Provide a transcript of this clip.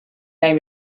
name